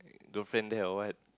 girlfriend there or what